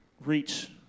reach